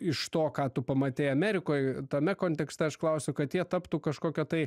iš to ką tu pamatei amerikoj tame kontekste aš klausiu kad jie taptų kažkokia tai